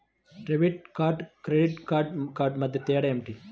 Debit కార్డుకు credit credit కార్డుకు మధ్య తేడా ఏమిటీ?